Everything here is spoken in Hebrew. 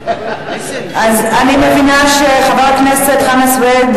אז אני מבינה שחברי הכנסת חנא סוייד,